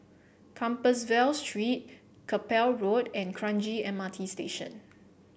Compassvale Street Chapel Road and Kranji M R T Station